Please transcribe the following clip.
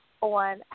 on